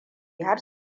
har